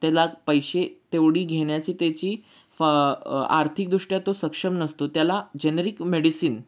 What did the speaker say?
त्याला पैसे तेवढी घेण्याची त्याची फ आर्थिकदृष्ट्या तो सक्षम नसतो त्याला जेनेरिक मेडिसिन